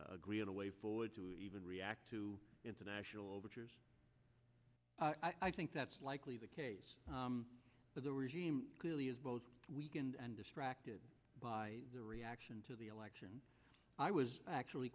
agree on a way forward to even react to international overtures i think that's likely the case of the regime clearly is both weakened and distracted by the reaction the election i was actually